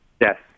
Yes